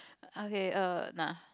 okay err nah